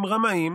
עם רמאים